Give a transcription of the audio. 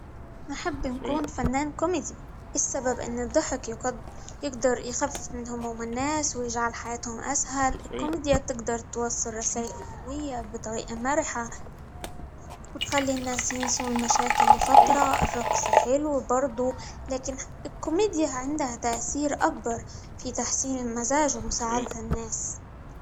نحب نكون فنان كوميدي؛ السبب إن الضحك -يقد- يقدر يخفف من هموم الناس، ويجعل حياتهم أسهل، الكوميديا بتقدر توصل رسائل قوية بطريقة مرحة، وتخلي الناس ينسوا المشاكل لفترة، الرقص حلو برضو، لكن الكوميديا عندها تأثير أكبر في تحسين المزاج، ومساعدة الناس.